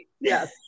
Yes